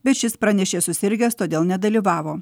bet šis pranešė susirgęs todėl nedalyvavo